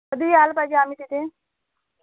कधी यायला पाहिजे आम्ही तिथे